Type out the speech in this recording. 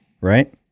Right